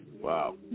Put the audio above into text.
Wow